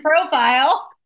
profile